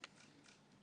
קדנציות.